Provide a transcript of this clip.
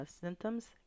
symptoms